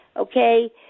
Okay